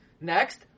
next